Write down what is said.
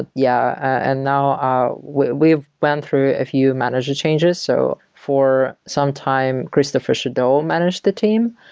yeah. and now we've went through a few manager changes. so for some time, christopher chedeau managed the team,